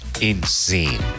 insane